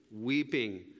weeping